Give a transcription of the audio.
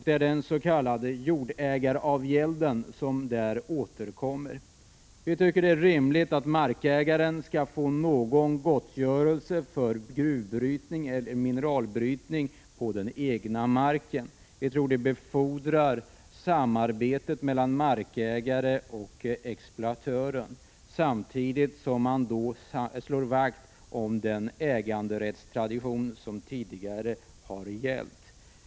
Det är den s.k. jordägaravgälden som där återkommer. Vi tycker att det är rimligt att markägaren skall få någon gottgörelse för mineralbrytning under den egna marken. Vi tror att det befordrar samarbetet mellan markägaren och exploatören samtidigt som man slår vakt om den äganderättstradition som tidigare har gällt.